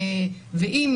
ואם,